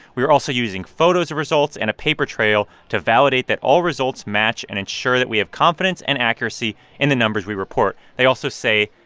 we are also using photos of results and a paper trail to validate that all results match and ensure that we have confidence and accuracy in the numbers we report. they also say,